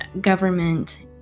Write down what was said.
government